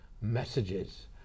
messages